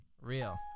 Real